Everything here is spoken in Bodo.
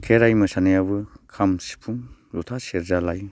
खेराइ मोसानायाबो खम सिफुं जथा सेरजा लायो